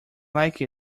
like